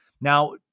Now